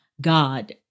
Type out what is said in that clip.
God